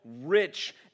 rich